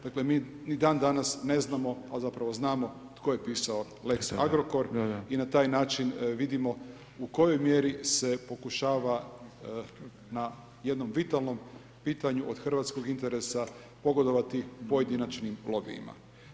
Dakle mi ni dan danas ne znamo, a zapravo znamo tko je pisao lex Agrokor i na taj način vidimo u kojoj mjeri se pokušava na jednom vitalnom pitanju od hrvatskog interesa pogodovati pojedinačnim lobijima.